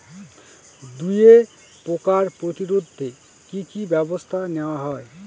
দুয়ে পোকার প্রতিরোধে কি কি ব্যাবস্থা নেওয়া হয়?